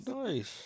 Nice